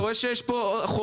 אני רואה שיש פה חומה.